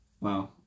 Wow